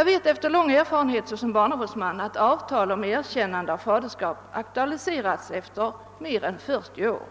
Av lång erfarenhet som barnavårdsman vet jag att avtal om erkännande av faderskap kan aktualiseras efter mer än 40 år.